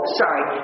sorry